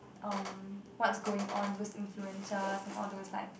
um what's going on with influencers and all those like